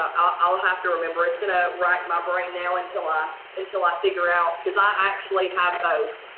i would have to remember it's gonna write my brand now until i until i figure out. because i actually have both.